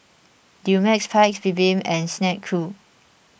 Dumex Paik's Bibim and Snek Ku